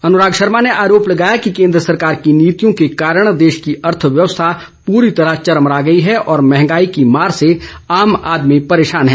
अनुराग शर्मा ने आरोप लगाया कि केंद्र सरकार की नीतियों के कारण देश की अर्थव्यवस्था पूरी तरह चरमरा गई है और मंहगाई की मार से आम आदमी परेशान है